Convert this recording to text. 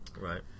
Right